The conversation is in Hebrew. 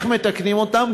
איך מתקנים אותם?